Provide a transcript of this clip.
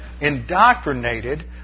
indoctrinated